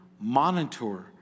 monitor